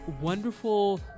wonderful